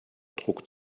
druck